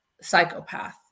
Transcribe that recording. psychopath